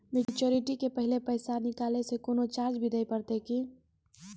Maturity के पहले पैसा निकालै से कोनो चार्ज भी देत परतै की?